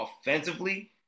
offensively